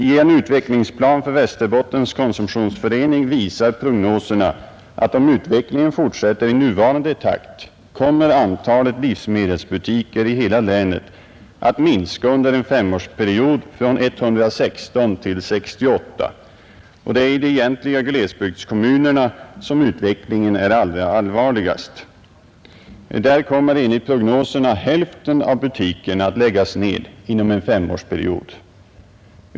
I en utvecklingsplan för Västerbottens konsumtionsförening visar prognoserna att om utvecklingen fortsätter i nuvarande takt kommer antalet livsmedelsbutiker i hela länet att minska under en femårsperiod från 116 till 68. Och det är i de egentliga glesbygdskom munerna som utvecklingen är allra allvarligast. Där kommer enligt prognosen hälften av butikerna att läggas ned inom fem år.